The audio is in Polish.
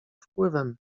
wpływem